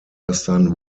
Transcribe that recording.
western